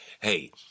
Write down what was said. Hey